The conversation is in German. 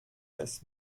des